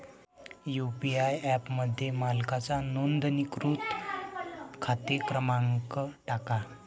UPI ॲपमध्ये मालकाचा नोंदणीकृत खाते क्रमांक टाका